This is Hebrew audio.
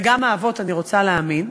וגם האבות, אני רוצה להאמין,